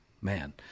Man